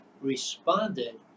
responded